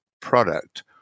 product